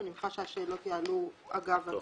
אני מניחה שהשאלות יעלו אגב הקריאה.